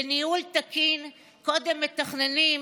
בניהול תקין קודם מתכננים,